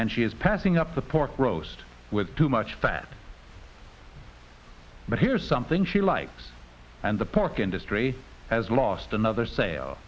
and she is passing up the pork roast with too much fat but here's something she likes and the pork industry has lost another sale